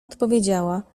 odpowiedziała